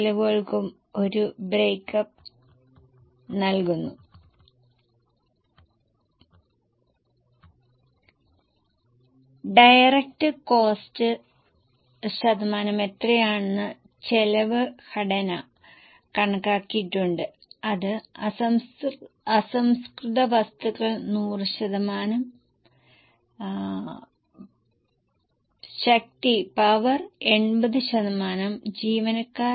ഇപ്പോൾ ഞങ്ങൾ 2015 ലേക്കുള്ള പ്രൊജക്ഷൻ തയ്യാറാക്കേണ്ടതുണ്ട് നിങ്ങൾക്ക് വേണമെങ്കിൽ അവസാന ഭാഗം വായിക്കാം നൽകിയിരിക്കുന്ന വിവരങ്ങൾ ഉപയോഗിച്ച് 2015 മാർച്ചിൽ അവസാനിച്ച വർഷത്തിൽ ശുഭാപ്തിവിശ്വാസവും അശുഭാപ്തിവിശ്വാസവും പ്രകടമാക്കുന്ന പ്രോജെക്ഷൻ തയ്യാറാക്കാം